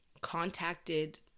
contacted